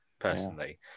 Personally